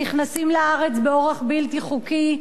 שנכנסים לארץ באורח בלתי חוקי,